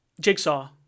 jigsaw